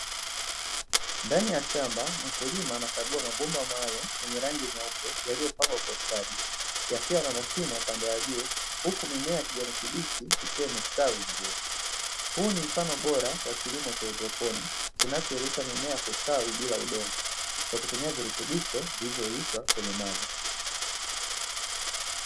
Ndani ya shamba, mkulima anakagua mabomba maalumu yenye rangi nyeupe yaliyopangwa kwa usatadi, yakiwa na mashimo upande wa juu, huku mimea ya kijani kibichi ikiwa imestawi vizuri. Huu ni mfano bora wa kilimo cha haidroponi, kinachowezesha mimea kustawi bila udongo kwa kutumia virutubisho vilivyoyeyushwa kwenye maji.